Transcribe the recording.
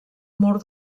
mur